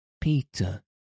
Peter